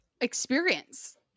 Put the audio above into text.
experience